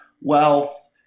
wealth